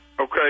Okay